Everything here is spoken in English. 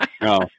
no